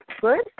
good